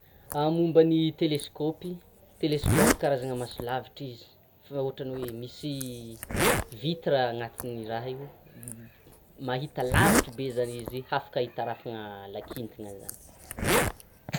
Momba ny teleskaopy, teleskaopy karazana maso lavitra izy, fa ohatran'ny hoe misy vitre anatin'ny raha io mahita lavita be zany izy, hafaka hitarafana la kintana zany.